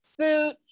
suit